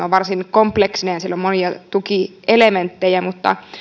on varsin kompleksinen ja siellä on monia tukielementtejä mutta